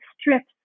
strips